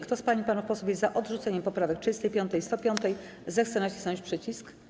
Kto z pań i panów posłów jest za odrzuceniem poprawek 35. i 105., zechce nacisnąć przycisk.